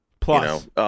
plus